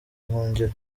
buhungiro